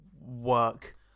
work